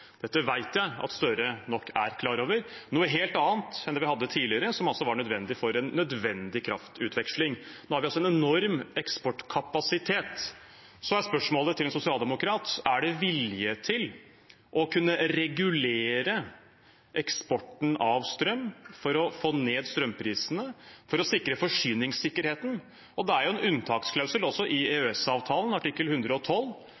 Dette vet jeg at Støre nok er klar over – det er noe helt annet enn det vi hadde tidligere, som altså var nødvendig for en nødvendig kraftutveksling. Nå har vi altså en enorm eksportkapasitet. Så er spørsmålet til en sosialdemokrat: Er det vilje til å kunne regulere eksporten av strøm for å få ned strømprisene, for å sikre forsyningssikkerheten? Det er jo også en unntaksklausul i EØS-avtalen, artikkel 112,